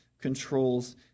controls